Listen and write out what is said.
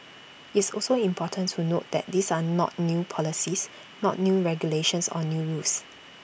it's also important to note that these are not new policies not new regulations or new rules